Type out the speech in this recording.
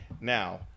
Now